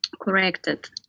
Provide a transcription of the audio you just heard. corrected